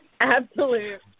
absolute